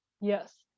Yes